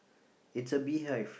it's a beehive